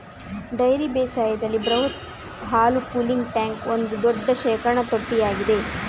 dairy ಬೇಸಾಯದಲ್ಲಿ ಬೃಹತ್ ಹಾಲು ಕೂಲಿಂಗ್ ಟ್ಯಾಂಕ್ ಒಂದು ದೊಡ್ಡ ಶೇಖರಣಾ ತೊಟ್ಟಿಯಾಗಿದೆ